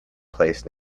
place